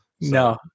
No